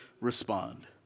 respond